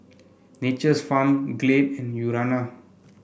Nature's Farm Glade and Urana